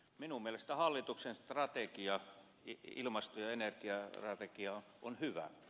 minun mielestäni hallituksen ilmasto ja energiastrategia on hyvä